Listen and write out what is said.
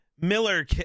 Miller